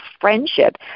friendship